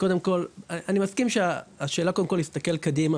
שלאף אחד אין ספק שיחידות 1-4 זה היחידות המזהמות יותר,